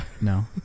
No